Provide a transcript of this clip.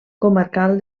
comarcal